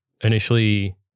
initially